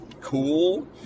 cool